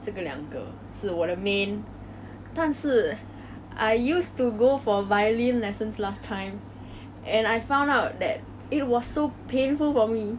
然后 for violin right what's so hard is that you have to put that thing on your collar bone